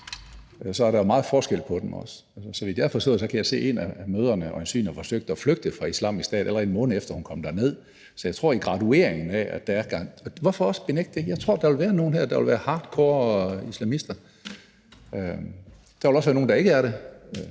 er der meget forskel på dem. Jeg kan se, at en af mødrene øjensynlig har forsøgt at flygte fra Islamisk Stat, allerede en måned efter hun kom derned, så jeg tror, der er en graduering. Men hvorfor egentlig benægte det? Jeg tror, der vil være nogle, der er hardcore islamister. Der vil også være nogle, der ikke er det,